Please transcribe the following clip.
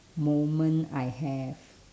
moment I have